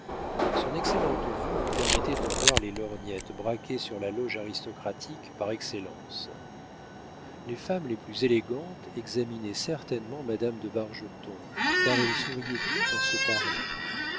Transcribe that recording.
son excellente vue lui permettait de voir les lorgnettes braquées sur la loge aristocratique par excellence les femmes les plus élégantes examinaient certainement madame de bargeton car elles souriaient toutes en se parlant